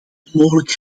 onmogelijk